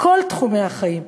כל תחומי החיים.